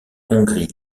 hongrie